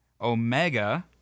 Omega